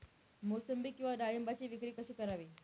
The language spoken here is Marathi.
मोसंबी किंवा डाळिंबाची विक्री कशी करावी?